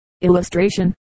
illustration